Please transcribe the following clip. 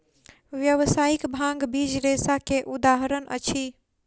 व्यावसायिक भांग बीज रेशा के उदाहरण अछि